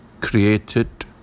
created